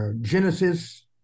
Genesis